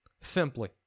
Simply